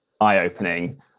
eye-opening